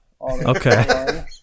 Okay